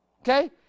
okay